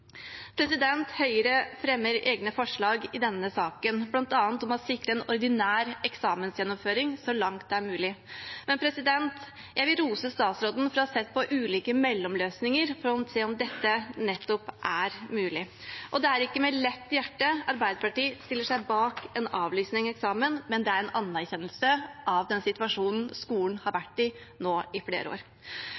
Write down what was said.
Høyre fremmer egne forslag i denne saken, bl.a. om å sikre en ordinær eksamensgjennomføring så langt det er mulig. Men jeg vil rose statsråden for å ha sett på ulike mellomløsninger for å se om dette er mulig. Det er ikke med lett hjerte Arbeiderpartiet stiller seg bak en avlysning av eksamen, men det er en anerkjennelse av den situasjonen skolen har